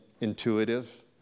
intuitive